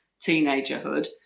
teenagerhood